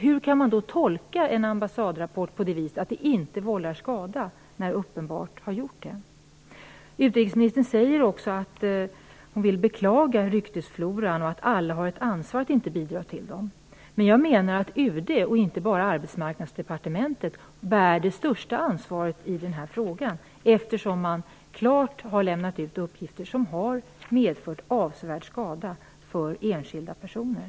Hur kan man då tolka en ambassadrapport på det viset att skada inte vållas när det är uppenbart att så har skett? Utrikesministern beklagar ryktesfloran och säger att alla har ett ansvar för att inte bidra till den. Men jag menar att UD - det handlar inte bara om Arbetsmarknadsdepartementet - bär det största ansvaret i den här frågan, eftersom man helt klart har lämnat ut uppgifter som medfört avsevärd skada för enskilda personer.